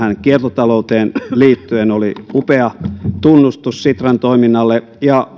kiertotalouteen liittyen oli upea tunnustus sitran toiminnalle ja